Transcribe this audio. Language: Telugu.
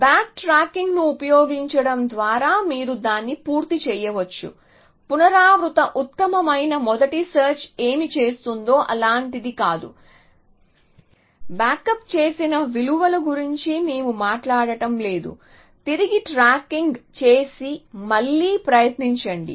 బ్యాక్ ట్రాకింగ్ను ఉపయోగించడం ద్వారా మీరు దాన్ని పూర్తి చేయవచ్చు పునరావృత ఉత్తమమైన మొదటి సెర్చ్ ఏమి చేస్తుందో అలాంటిది కాదు బ్యాకప్ చేసిన విలువల గురించి మేము మాట్లాడటం లేదు తిరిగి ట్రాకింగ్ చేసి మళ్లీ ప్రయత్నించండి